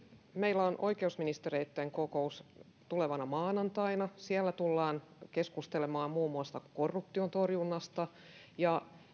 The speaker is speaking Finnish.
meillä on oikeusministereitten kokous tulevana maanantaina siellä tullaan keskustelemaan muun muassa korruption torjunnasta ja